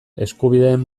eskubideen